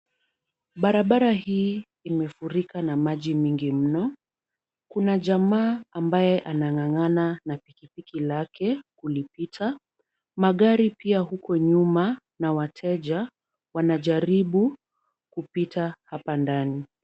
Barabara hii imefurika na maji mingi mno. Kuna jamaa ambaye anang'ang'ana na pikipiki lake kulipita. Magari pia huko nyuma na wateja wanajaribu kupita hapa ndani.